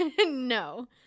No